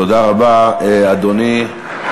תודה רבה, אדוני.